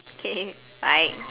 okay bye